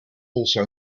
also